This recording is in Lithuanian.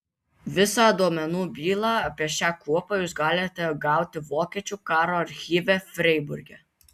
visą duomenų bylą apie šią kuopą jūs galite gauti vokiečių karo archyve freiburge